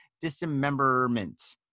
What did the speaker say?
dismemberment